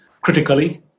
critically